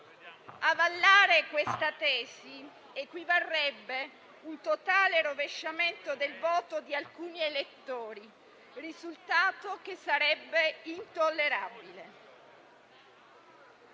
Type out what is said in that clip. Avallare questa tesi equivarrebbe a un totale rovesciamento del voto di alcuni elettori, risultato che sarebbe intollerabile.